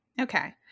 Okay